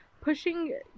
pushing